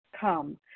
come